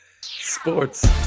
Sports